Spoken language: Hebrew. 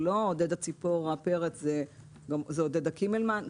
האם עודדה ציפורה פרץ זאת עודדה קימלמן.